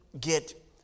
get